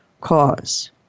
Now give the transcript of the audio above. cause